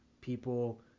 people